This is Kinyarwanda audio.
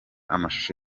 amashusho